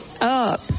up